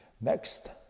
Next